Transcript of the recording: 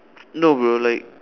no bro like